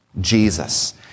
Jesus